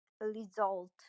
result